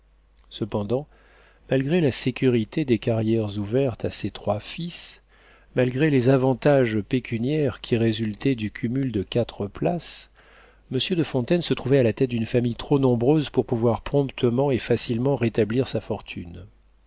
cependant malgré la sécurité des carrières ouvertes à ses trois fils malgré les avantages pécuniaires qui résultaient du cumul de quatre places monsieur de fontaine se trouvait à la tête d'une famille trop nombreuse pour pouvoir promptement et facilement rétablir sa fortune